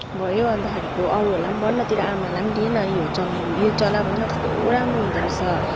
भयो अन्तखेरिको अरूहरूलाई पनि भन न तेरो आमालाई पनि दे न यो चलाउनु यो चला भन न कस्तो राम्रो हुँदो रहेछ